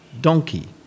donkey